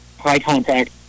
high-contact